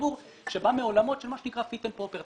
הציבור שבאה מעולמות של מה שנקרא פיט אנד פרופרט.